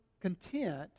content